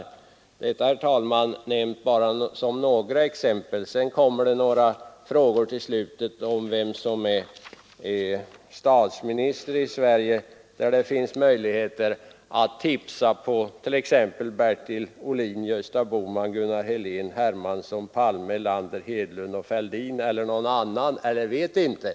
Detta, herr talman, nämnt bara som några exempel. I slutet kommer sedan några frågor om vem som är statsminister i Sverige, där det finns möjlighet att tipsa på t.ex. Bertil Ohlin, Gösta Bohman, Gunnar Helén, Hermansson, Palme, Erlander, Hedlund och Fälldin eller någon annan eller Vet inte.